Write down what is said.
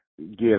get